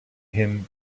him